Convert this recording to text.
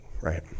right